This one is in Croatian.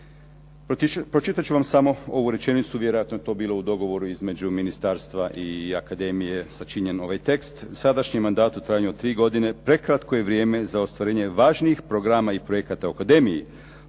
pročitat ću vam samo ovu rečenicu, vjerojatno je to bilo u dogovoru između ministarstva i akademije sačinjen ovaj tekst. U sadašnjem mandatu u trajanju od 3 godine prekratko je vrijeme za ostvarenje važnijih programa i projekata u akademiji,